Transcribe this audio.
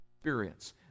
experience